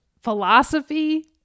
philosophy